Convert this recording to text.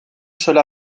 cela